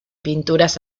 pinturas